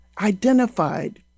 identified